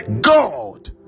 God